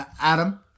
Adam